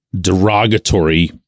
derogatory